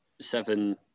seven